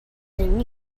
than